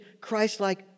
Christ-like